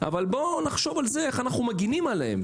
אבל בוא נחשוב על זה איך אנחנו מגנים עליהם.